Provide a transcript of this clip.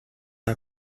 are